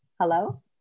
hello